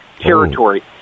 territory